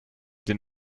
den